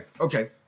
Okay